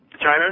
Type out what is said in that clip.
china